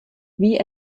wie